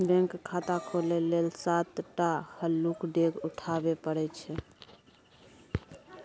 bank खाता खोलय लेल सात टा हल्लुक डेग उठाबे परय छै